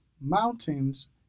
mountains